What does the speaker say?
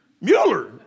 Mueller